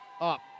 Up